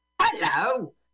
Hello